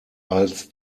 als